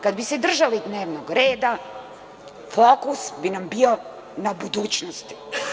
Kada bi se držali dnevnog reda, fokus bi nam bio na budućnosti.